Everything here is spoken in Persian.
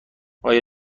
آیا